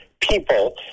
people